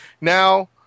now